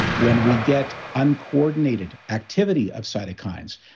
when we get uncoordinated activity of cytokines,